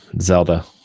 Zelda